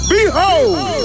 Behold